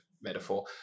metaphor